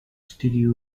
studio